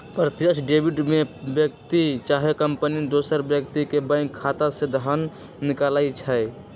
प्रत्यक्ष डेबिट में व्यक्ति चाहे कंपनी दोसर व्यक्ति के बैंक खता से धन निकालइ छै